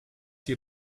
hier